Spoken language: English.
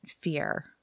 fear